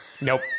Nope